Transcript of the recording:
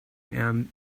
and